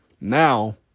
Now